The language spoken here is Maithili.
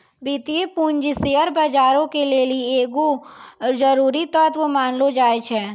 वित्तीय पूंजी शेयर बजारो के लेली एगो जरुरी तत्व मानलो जाय छै